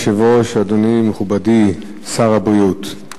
אדוני היושב-ראש, מכובדי שר הבריאות,